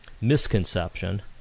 misconception